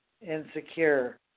insecure